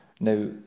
Now